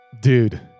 Dude